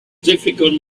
difficult